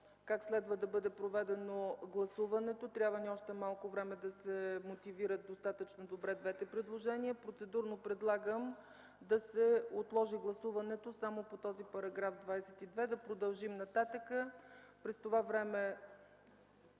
как следва да бъде проведено гласуването. Трябва ни още малко време, за да се мотивират достатъчно добре двете предложения. Предлагам процедурно да се отложи гласуването само по този § 22 и да продължим нататък. През това време